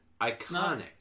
iconic